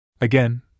Again